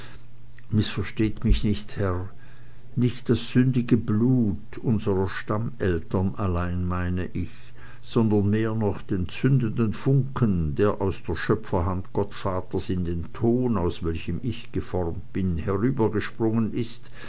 mißversteht mich nicht herr nicht das sündige blut unserer stammeltern allein meine ich sondern mehr noch den zündenden funken der aus der schöpferhand gottvaters in den ton aus welchem ich geformt bin herübergesprungen ist